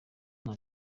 nta